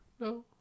No